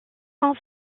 sont